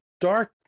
dark